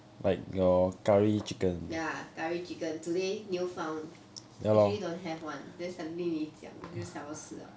ya curry chicken today new found actually don't have one then suddenly 你讲就想要吃了